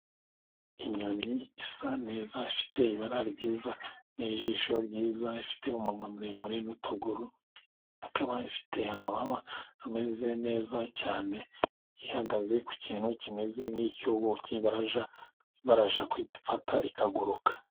Inyoni isa neza ifite ibara ryiza n'ijisho ryiza, ifite umunwa muremure n'utuguru, ikaba ifite amababa ameze neza cyane, ihagaze ku kintu kimeze nk'icy'ubuki barajya kuyifata ikaguruka.